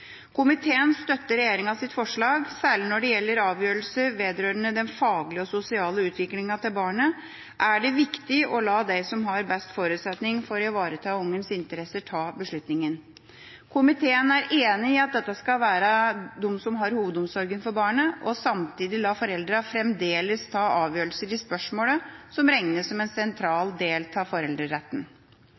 Komiteen støtter regjeringas forslag. Særlig når det gjelder avgjørelser vedrørende den faglige og sosiale utviklinga til barnet, er det viktig å la dem som har best forutsetning for å ivareta barnets interesser, ta beslutningen. Komiteen er enig i at dette skal være de som har hovedomsorgen for barnet, og samtidig fremdeles la foreldrene ta avgjørelser i spørsmålet, som regnes som en sentral del av foreldreretten.